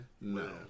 No